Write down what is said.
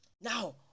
Now